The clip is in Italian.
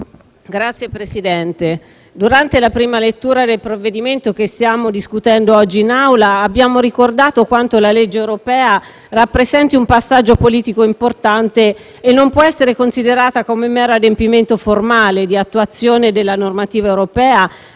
Signor Presidente, durante la prima lettura del provvedimento che stiamo discutendo oggi in Aula abbiamo ricordato quanto la legge europea rappresenti un passaggio politico importante e non possa essere considerata come mero adempimento formale di attuazione della normativa europea